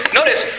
notice